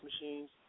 machines